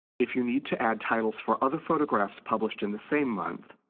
if you need to add titles for other photographs published in the same month,